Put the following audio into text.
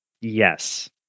Yes